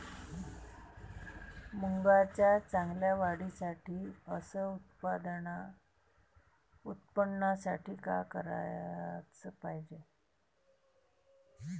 मुंगाच्या चांगल्या वाढीसाठी अस उत्पन्नासाठी का कराच पायजे?